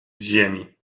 ziemi